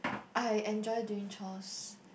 I enjoy doing chores